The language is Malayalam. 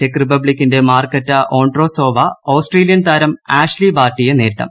ചെക്ക് റിപ്പബ്ലിക്കിന്റെ മാർക്കറ്റാ വോൺട്രോസോവ ഓസ്ട്രേലിയൻ താരം ആഷ്ലി ബാർട്ടിയെ നേരിടും